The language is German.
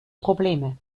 probleme